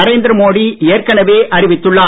நரேந்திர மோடி ஏற்கனவே அறிவித்துள்ளார்